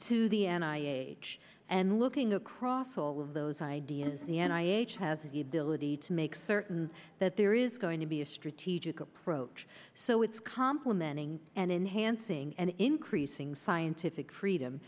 to the end i h and looking across all of those ideas the and i each have the ability to make certain that there is going to be a strategic approach so it's complementing and enhancing and increasing scientific freedom